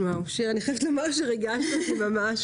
שיר, אני חייבת לומר שריגשת אותי ממש.